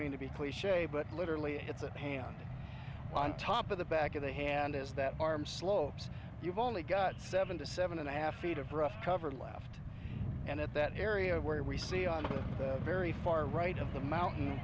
mean to be cliche but literally it's a hand on top of the back of the hand is that arm slopes you've only got seven to seven and a half feet of rust cover left and at that area where we see on the very far right of the mountain